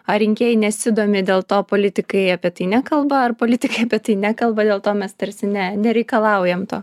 ar rinkėjai nesidomi dėl to politikai apie tai nekalba ar politikai apie tai nekalba dėl to mes tarsi ne nereikalaujam to